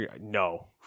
no